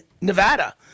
Nevada